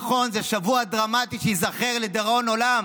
נכון, זה שבוע דרמטי שייזכר לדיראון עולם